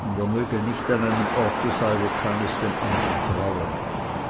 und er möge nicht an einem orte sein wo keines dem andern traue